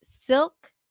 Silk